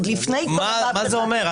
מה זה אומר.